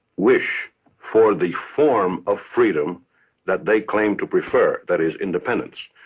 wish for the form of freedom that they claim to prefer that is, independence.